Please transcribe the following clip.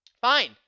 fine